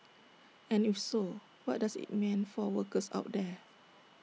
and if so what does IT mean for workers out there